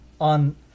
on